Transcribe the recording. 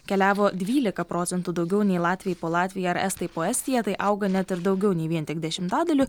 keliavo dvylika procentų daugiau nei latviai po latviją ar estai po estiją tai auga net ir daugiau nei vien tik dešimtadaliu